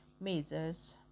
measures